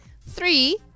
Three